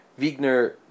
Wigner